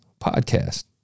podcast